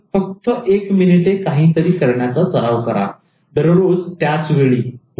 फक्त एक मिनिटे काहीतरी करण्याचा सराव करा दररोज त्याच वेळी उदा